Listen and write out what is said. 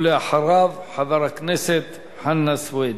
ולאחריו, חבר הכנסת חנא סוייד.